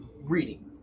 reading